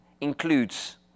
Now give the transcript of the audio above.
includes